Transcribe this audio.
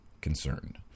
concerned